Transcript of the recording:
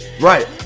Right